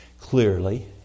clearly